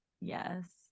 yes